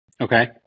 Okay